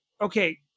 okay